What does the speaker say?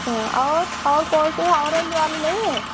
हाँ और और कौन सी ओरेंज बाली नहीं है